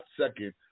second